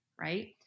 Right